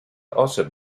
also